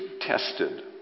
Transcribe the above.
tested